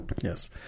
yes